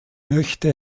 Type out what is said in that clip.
möchte